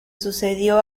sucedió